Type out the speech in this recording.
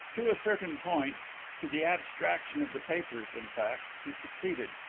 to a certain point to the abstraction of the papers, in fact he succeeded,